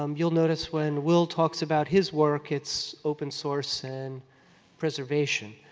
um you'll notice when will talk about his work, it's open source and preservation.